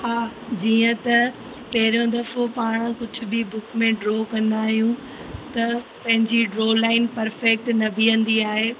हा जीअं त पहिरयों दफ़ो पाण कुझ बि बुक में ड्रो कंदा आहियूं त पंहिंजी ड्रो लाइन परफैक्ट न बिहंदी आहे